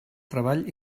treball